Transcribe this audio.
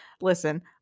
Listen